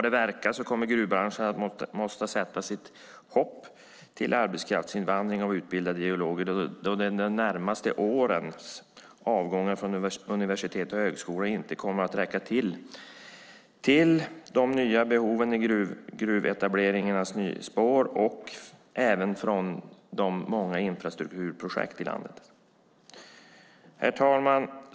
Det verkar som att gruvbranschen kommer att få sätta sitt hopp till arbetskraftsinvandring av utbildade geologer eftersom de närmaste årens avgångar från universitet och högskolor inte kommer att räcka till för de nya behoven i gruvetableringarnas spår och även för de många infrastrukturprojekten i landet. Herr talman!